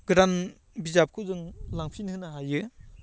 गोदान बिजाबखौ जों लांफिन होनो हायो